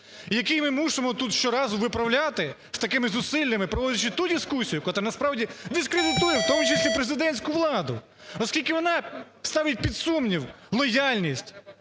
який ми мусимо тут щоразу виправляти з такими зусиллями, проводячи ту дискусію, котра насправді дискредитує, в тому числі президентську владу. Оскільки вона ставить під сумнів лояльність